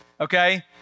Okay